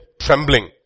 trembling